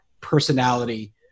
personality